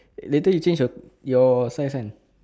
later you change your your size [one]